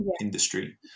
industry